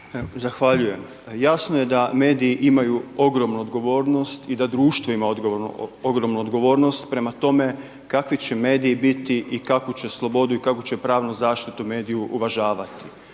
Zahvaljujem. Jasno je da mediji imaju ogromnu odgovornost i da društvo ima ogromnu odgovornost prema tome kakvi će mediji biti i kakvu će slobodu i kakvu će pravnu zaštitu mediji uvažavati